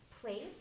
place